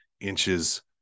inches